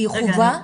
היא חובה?